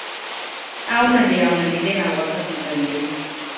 అవునండి అవునండి ఇదే నా వాట్సాప్ నెంబర్ అండి